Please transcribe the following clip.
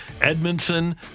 Edmondson